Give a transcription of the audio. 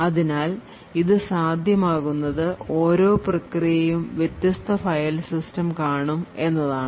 അതിനാൽ ഇത് സാധ്യമാകുന്നത് ഓരോ പ്രക്രിയയും വ്യത്യസ്ത ഫയൽ സിസ്റ്റം കാണും എന്നതാണ്